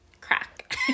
crack